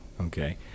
Okay